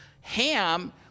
Ham